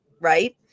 right